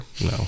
no